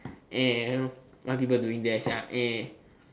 what people doing there sia